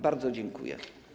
Bardzo dziękuję.